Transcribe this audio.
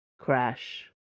Crash